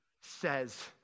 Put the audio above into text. says